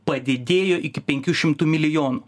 padidėjo iki penkių šimtų milijonų